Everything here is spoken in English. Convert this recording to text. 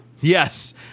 Yes